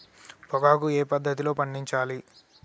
పొగాకు ఏ పద్ధతిలో పండించాలి?